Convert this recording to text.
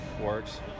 works